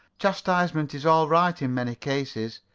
chastisement is all right in many cases,